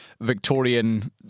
Victorian